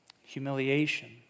humiliation